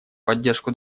поддержку